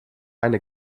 eine